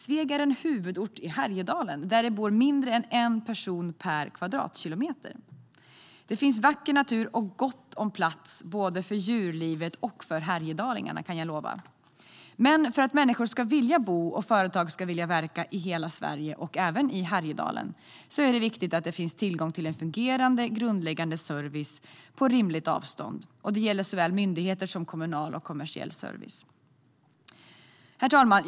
Sveg är en huvudort i Härjedalen, där det bor mindre än en person per kvadratkilometer. Det finns vacker natur och gott om plats för både djurlivet och härjedalingarna, kan jag lova. Men för att människor ska vilja bo och företag verka i hela Sverige, och även i Härjedalen, är det viktigt att det finns tillgång till fungerande grundläggande service på rimligt avstånd. Det gäller såväl myndigheter som kommunal och kommersiell service. Herr talman!